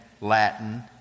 Latin